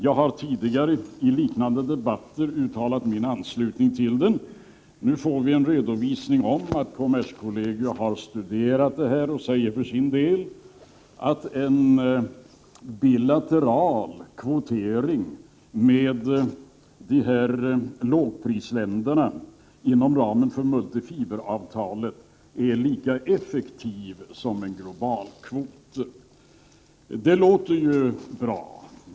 Jag har tidigare i liknande debatter uttalat min anslutning till den. Nu har vi fått veta att kommerskollegium har studerat denna fråga och för sin del anser att en bilateral kvotering med lågprisländerna inom ramen för multifiberavtalet är lika effektiv som en globalkvot. Det låter ju bra.